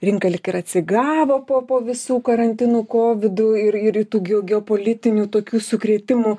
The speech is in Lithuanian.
rinka lyg ir atsigavo po po visų karantinų kovidų ir ir rytų geo geopolitinių tokių sukrėtimų